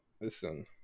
listen